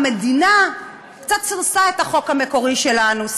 המדינה קצת סירסה את החוק המקורי שלנו,